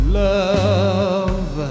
love